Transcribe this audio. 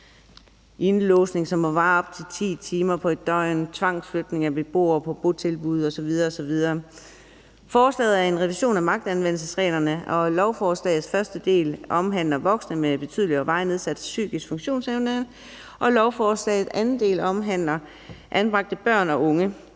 indelåsning, som må vare op til 10 timer på et døgn, tvangsflytning af beboere på botilbud osv. osv. Forslaget er en revision af magtanvendelsesreglerne. Lovforslagets første del omhandler voksne med betydelig og varigt nedsat psykisk funktionsevne, og lovforslagets anden del omhandler anbragte børn og unge.